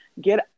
get